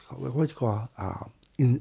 what what you call ah um in